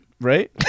right